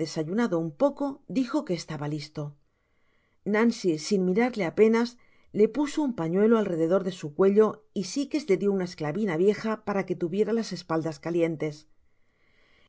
desayunado un poco dijo que estaba listo nancy sin mirarle apenas le puso un pañuelo al rededor de su cuallo y sikes le dio una esclavina vieja para que tuviera las espaldas calientes